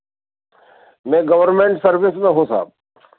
मैं government service में हूँ साहब